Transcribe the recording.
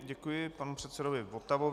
Děkuji panu předsedovi Votavovi.